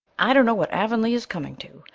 i don't know what avonlea is coming to,